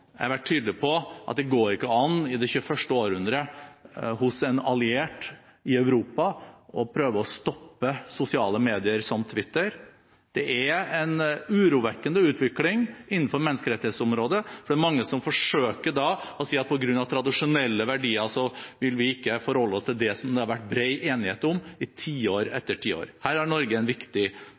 Jeg har vært tydelig på at det ikke går an – i det 21.århundre, hos en alliert i Europa – å prøve å stoppe sosiale medier som Twitter. Det er en urovekkende utvikling innenfor menneskerettighetsområdet, for det er mange som forsøker å si at på grunn av tradisjonelle verdier vil vi ikke forholde oss til det som det har vært bred enighet om i tiår etter tiår. Her har Norge en viktig